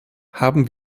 haben